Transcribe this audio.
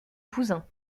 cousin